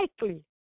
likely